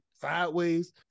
sideways